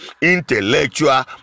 intellectual